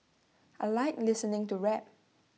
I Like listening to rap